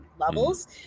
levels